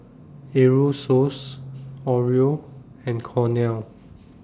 Aerosoles Oreo and Cornell